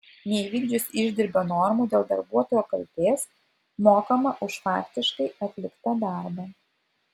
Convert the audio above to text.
neįvykdžius išdirbio normų dėl darbuotojo kaltės mokama už faktiškai atliktą darbą